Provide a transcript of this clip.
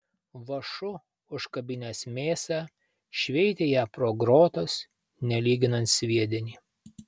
vąšu užkabinęs mėsą šveitė ją pro grotas nelyginant sviedinį